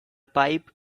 pipe